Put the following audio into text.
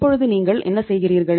இப்போது நீங்கள் என்ன செய்கிறீர்கள்